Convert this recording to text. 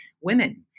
women